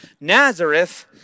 Nazareth